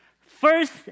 First